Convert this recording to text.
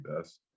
best